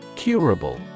Curable